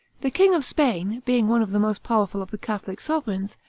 the king of spain, being one of the most powerful of the catholic sovereigns,